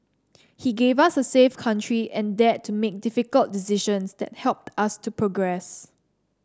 he gave us a safe country and dared to make difficult decisions that helped us to progress